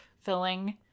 filling